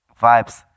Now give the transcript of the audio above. vibes